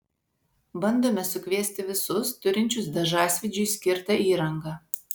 bandome sukviesti visus turinčius dažasvydžiui skirtą įrangą